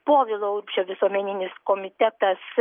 povilo urbšio visuomeninis komitetas